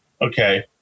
okay